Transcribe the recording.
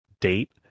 date